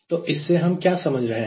तो इससे हम क्या समझ रहे हैं